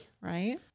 Right